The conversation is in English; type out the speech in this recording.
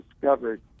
discovered